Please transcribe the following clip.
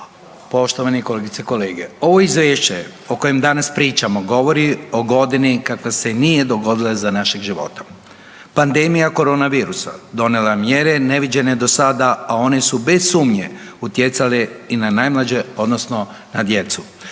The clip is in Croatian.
poštovani kolegice i kolege. Ovo Izvješće o kojem danas pričamo govori o godini kakva se nije dogodila za našeg života. Pandemija koronavirusa donijela je mjere neviđene do sada, a one su bez sumnje utjecale i na najmlađe, odnosno na djecu.